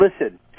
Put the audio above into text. listen